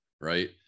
right